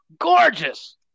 gorgeous